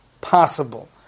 possible